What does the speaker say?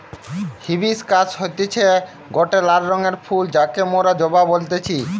hibiscus হতিছে গটে লাল রঙের ফুল যাকে মোরা জবা বলতেছি